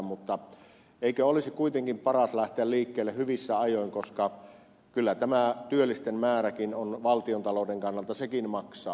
mutta eikö olisi kuitenkin paras lähteä liikkeelle hyvissä ajoin koska kyllä tämä työllistettävien määräkin on valtiontalouden kannalta sellainen että sekin maksaa